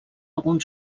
algun